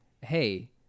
Hey